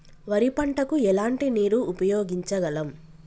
వరి పంట కు ఎలాంటి నీరు ఉపయోగించగలం?